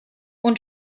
und